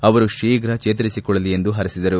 ಅವರು ಶೀಗ್ರ ಚೇತರಿಸಿಕೊಳ್ಳಲಿ ಎಂದು ಪರಸಿದರು